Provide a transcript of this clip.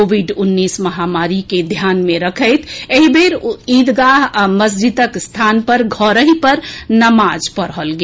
Covid उन्नैस महामारी के ध्यान मे रखैत एहि बेर ईदगाह आ मस्जिदक स्थान पर घरहि पर नमाज पढ़ल गेल